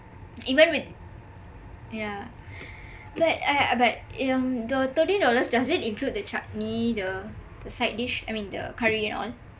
even with yah like yah uh but the thirteen dollars does it even include the chutney the the side dish I mean the curry and all